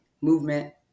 movement